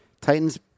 Titans-